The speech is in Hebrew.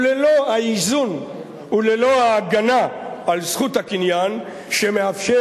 וללא האיזון וללא ההגנה על זכות הקניין שמאפשר